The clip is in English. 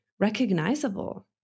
recognizable